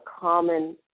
common